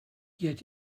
yet